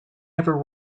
never